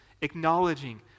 acknowledging